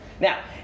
Now